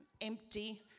empty